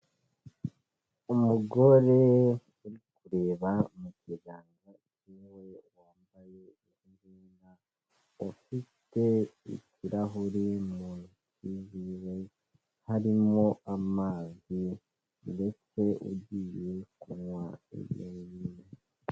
umugore uri kureba mu kiganza niwe wambayebnda ufite ikirahuri muhuba harimo amazi ndetse ugiye kunywa ibyoe